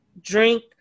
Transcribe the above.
drink